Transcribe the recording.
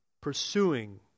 pursuing